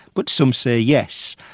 but some say yes.